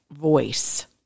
voice